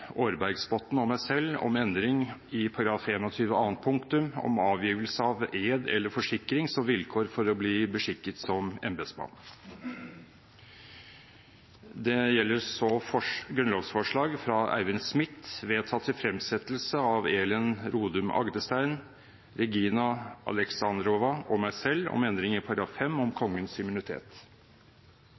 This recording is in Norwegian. Aarbergsbotten og meg selv om endring i § 21 annet punktum, om avgivelse av ed eller forsikring som vilkår for å bli beskikket som embetsmann. Det gjelder så grunnlovsforslag fra Eivind Smith vedtatt til fremsettelse av representantene Elin Rodum Agdestein, Regina Alexandrova og meg selv om endring i § 5, om Kongens